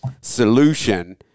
solution